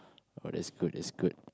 oh that's good that's good